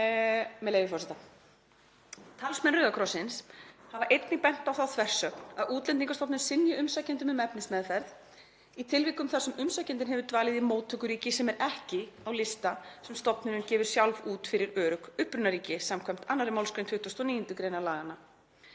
„Talsmenn Rauða krossins hafa einnig bent á þá þversögn að Útlendingastofnun synji umsækjendum um efnismeðferð í tilvikum þar sem umsækjandinn hefur dvalið í móttökuríki sem er ekki á lista sem stofnunin gefur sjálf út yfir örugg upprunaríki skv. 2. mgr. 29. gr. útl.